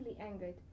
angered